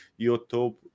YouTube